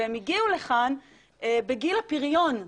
והאם הגיעו לכאן בגיל הפריון,